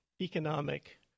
economic